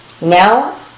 Now